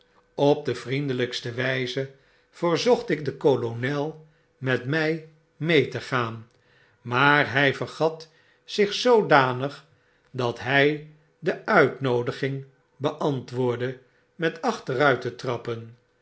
op de vriendelpste wjjze verzocht ik den kolonel met my mee te gaan maar hy vergat zich zoodanig dat hij de uitnoodiging beantwoordde met achteruit te trappen